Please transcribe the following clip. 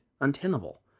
untenable